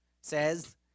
says